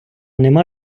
нема